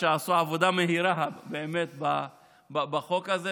שעשו עבודה מהירה באמת בחוק הזה,